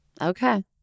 Okay